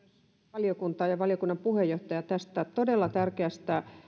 valiokuntaa ja valiokunnan puheenjohtajaa tästä todella tärkeästä